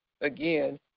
Again